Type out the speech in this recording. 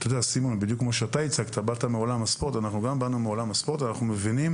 אתה באת מעולם הספורט וגם אנחנו וכולנו מבינים